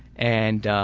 and